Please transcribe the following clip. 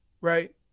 right